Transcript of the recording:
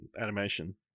animation